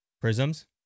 Prisms